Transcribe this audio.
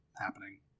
happening